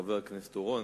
חבר הכנסת אורון,